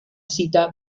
cita